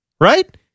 right